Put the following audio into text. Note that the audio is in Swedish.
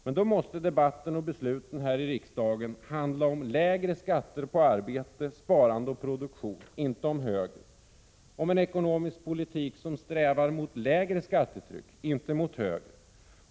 Men då måste debatten och besluten här i riksdagen handla om lägre skatter på arbete, sparande och produktion — inte om högre skatter. Om en ekonomisk politik som leder till sänkt skattetryck — inte mot högre.